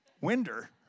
Winder